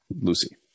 Lucy